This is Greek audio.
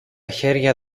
χέρια